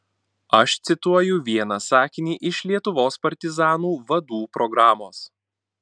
aš cituoju vieną sakinį iš lietuvos partizanų vadų programos